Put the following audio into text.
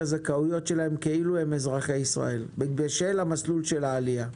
הזכאויות שלהם כאילו הם אזרחי ישראל בשל המסלול של העלייה.